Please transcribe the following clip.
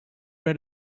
read